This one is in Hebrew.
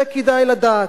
את זה כדאי לדעת.